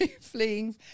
fleeing